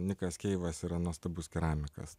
nikas keivas yra nuostabus keramikas